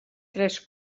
tres